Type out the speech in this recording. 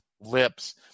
lips